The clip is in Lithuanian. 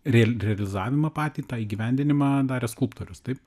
real realizavimą patį tą įgyvendinimą darė skulptorius taip